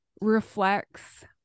reflects